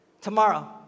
Tomorrow